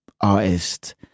artist